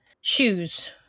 Shoes